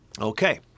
Okay